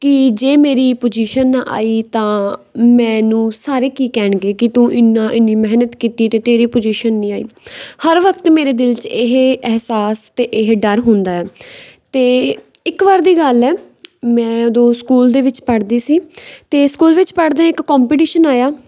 ਕਿ ਜੇ ਮੇਰੀ ਪੁਜ਼ੀਸ਼ਨ ਨਾ ਆਈ ਤਾਂ ਮੈਨੂੰ ਸਾਰੇ ਕੀ ਕਹਿਣਗੇ ਕਿ ਤੂੰ ਇੰਨਾ ਇੰਨੀ ਮਿਹਨਤ ਕੀਤੀ ਅਤੇ ਤੇਰੀ ਪੁਜ਼ੀਸ਼ਨ ਨਹੀਂ ਆਈ ਹਰ ਵਕਤ ਮੇਰੇ ਦਿਲ 'ਚ ਇਹ ਅਹਿਸਾਸ ਅਤੇ ਇਹ ਡਰ ਹੁੰਦਾ ਅਤੇ ਇੱਕ ਵਾਰ ਦੀ ਗੱਲ ਹੈ ਮੈਂ ਉਦੋਂ ਸਕੂਲ ਦੇ ਵਿੱਚ ਪੜ੍ਹਦੀ ਸੀ ਅਤੇ ਸਕੂਲ ਵਿੱਚ ਪੜ੍ਹਦੇ ਇੱਕ ਕੋਂਪੀਟੀਸ਼ਨ ਆਇਆ